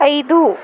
ಐದು